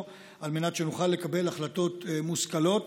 על מנת שנוכל לקבל החלטות מושכלות.